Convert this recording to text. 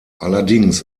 allerdings